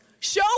Show